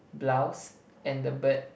blouse and the bird